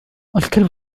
الكلب